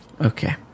Okay